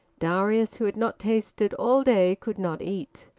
darius, who had not tasted all day, could not eat.